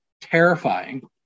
terrifying